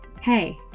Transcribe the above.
hey